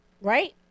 right